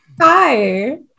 Hi